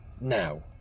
Now